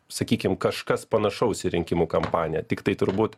sakykim kažkas panašaus į rinkimų kampaniją tiktai turbūt